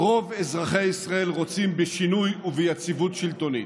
רוב אזרחי ישראל רוצים בשינוי וביציבות שלטונית.